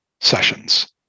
sessions